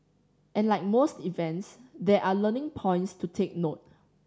and like most events there are learning points to take note